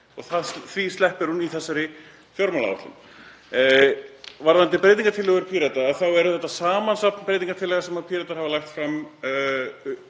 því sleppir hún í þessari fjármálaáætlun. Varðandi breytingartillögur Pírata er um að ræða samansafn breytingartillagna sem Píratar hafa lagt fram